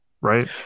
right